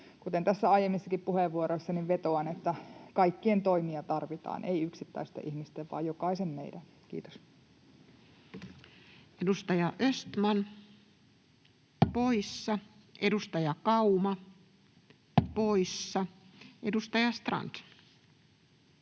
Kuten aiemmissakin puheenvuoroissa, vetoan, että kaikkien toimia tarvitaan — ei yksittäisten ihmisten vaan jokaisen meidän. — Kiitos. Onneksi onnistui. Edustaja Östman — poissa. Edustaja Kauma — poissa. Edustaja Strand.